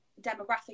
demographic